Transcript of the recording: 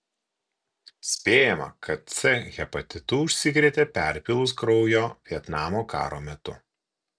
spėjama kad c hepatitu užsikrėtė perpylus kraujo vietnamo karo metu